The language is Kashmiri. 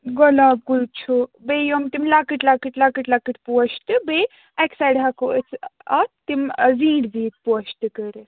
گۄلاب کُل چھُ بیٚیہِ یِم تِم لۄکٕٹۍ لۄکٕٹۍ لۄکٕٹۍ لۄکٕٹۍ پوش تہِ بیٚیہِ اَکہِ سایڈٕ ہیٚکو أسۍ اَتھ تِم زیٖٹھۍ زیٖٹھۍ پوش تہِ کٔڑِتھ